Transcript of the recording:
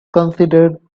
considered